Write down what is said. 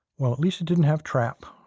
well, at least it didn't have trap.